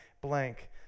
blank